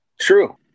True